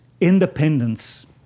independence